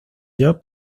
york